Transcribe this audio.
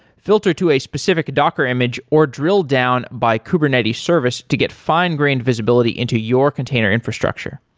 filter to a specific docker image, or drill down by kubernetes service to get fine-grained visibility into your container infrastructure.